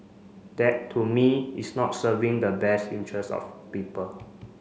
that to me is not serving the best interests of people